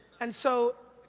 and so,